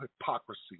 hypocrisy